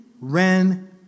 ran